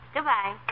Goodbye